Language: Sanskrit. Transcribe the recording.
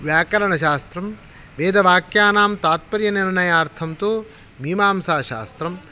व्याकरणशास्त्रं वेदवाक्यानां तात्पर्यनिर्णयनार्थं तु मीमांसाशास्त्रं